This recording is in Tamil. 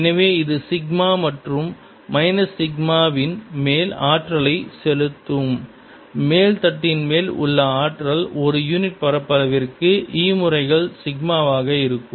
எனவே இது சிக்மா மற்றும் மைனஸ் சிக்மா வின் மேல் ஆற்றலை செலுத்தும் மேல் தட்டின்மேல் உள்ள ஆற்றல் ஒரு யூனிட் பரப்பளவிற்கு E முறைகள் சிக்மாவாக இருக்கும்